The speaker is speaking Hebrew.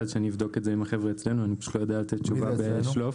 כמשקיפים שני נציגים של רשויות הניקוז שימונה לפי סעיף קטן (ד);